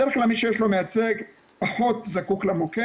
בדרך כלל מי שיש לו מייצג פחות זקוק למוקד,